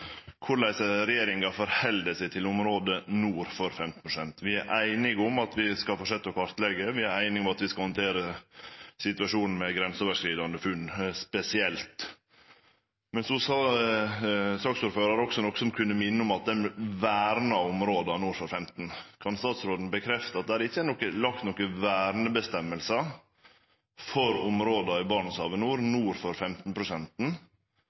korleis regjeringa ser på området nord for 15 pst. Vi er einige om at vi skal fortsetje å kartleggje, og vi er einige om at vi skal handtere situasjonen med grenseoverskridande funn spesielt. Men så sa saksordføraren noko som kunne høyrest ut som om ein vernar områda nord for 15 pst. Kan statsråden bekrefte at det ikkje er lagt noka verneføresegn for områda i Barentshavet nord, nord for 15